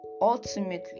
ultimately